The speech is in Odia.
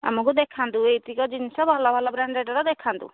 ଆମକୁ ଦେଖାନ୍ତୁ ଏଇତକ ଜିନଷ ଭଲ ଭଲ ବ୍ରାଣ୍ଡେଡ଼୍ର ଦେଖାନ୍ତୁ